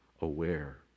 aware